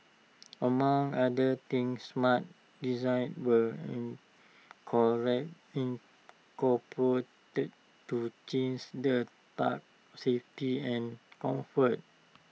among other things smart designs were incorporated to the tug's safety and comfort